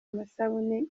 amasabune